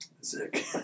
Sick